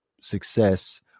success